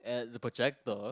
at the projector